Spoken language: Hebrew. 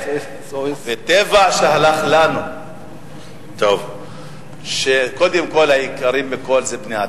טבע שהלך לנו, כשקודם כול היקרים מכול זה בני-אדם.